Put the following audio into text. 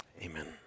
Amen